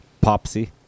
popsy